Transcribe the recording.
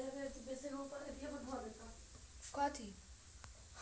MIRR केर गणना छूट, पुनर्निवेश आ संयोजन दृष्टिकोणक पद्धति सं कैल जाइ छै